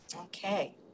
Okay